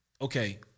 okay